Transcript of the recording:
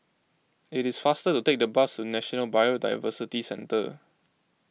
it is faster to take the bus to National Biodiversity Centre